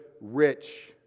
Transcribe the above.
rich